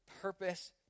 purpose